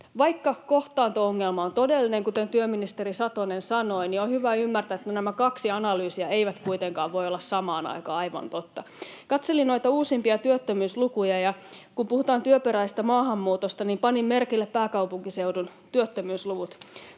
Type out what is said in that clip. vaikka kohtaanto-ongelma on todellinen, kuten työministeri Satonen sanoi. Ja on hyvä ymmärtää, että nämä kaksi analyysia eivät kuitenkaan voi olla samaan aikaan aivan totta. Katselin noita uusimpia työttömyyslukuja, ja kun puhutaan työperäisestä maahanmuutosta, niin panin merkille pääkaupunkiseudun työttömyysluvut: